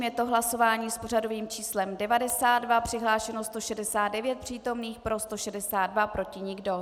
Je to hlasování s pořadovým číslem 92, přihlášeno 169 přítomných, pro 162, proti nikdo.